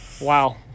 Wow